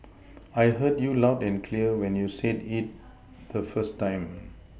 I heard you loud and clear when you said it the first time